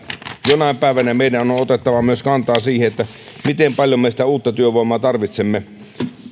jonain päivänä meidän on otettava myös kantaa siihen miten paljon me sitä uutta työvoimaa tarvitsemme